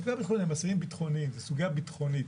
הם אסירים ביטחוניים, זו סוגיה ביטחונית.